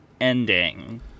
ending